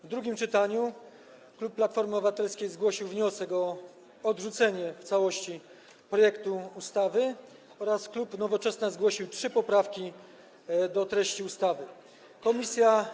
W drugim czytaniu klub Platformy Obywatelskiej zgłosił wniosek o odrzucenie w całości projektu ustawy, a klub Nowoczesna zgłosił trzy poprawki do treści ustawy.